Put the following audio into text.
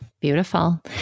Beautiful